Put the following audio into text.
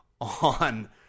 on